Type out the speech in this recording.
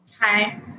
Hi